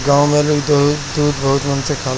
गाँव में लोग दूध के बहुते मन से खाला